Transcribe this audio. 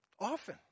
often